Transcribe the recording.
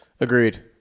Agreed